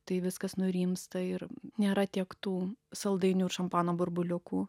tai viskas nurimsta ir nėra tiek tų saldainių ir šampano burbuliukų